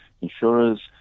insurers